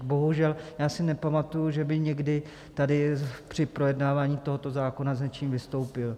Bohužel, já si nepamatuji, že by někdy tady při projednávání tohoto zákona s něčím vystoupil.